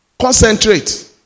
Concentrate